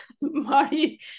marty